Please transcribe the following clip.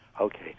Okay